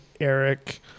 Eric